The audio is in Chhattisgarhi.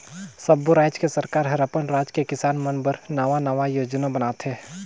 सब्बो रायज के सरकार हर अपन राज के किसान मन बर नांवा नांवा योजना बनाथे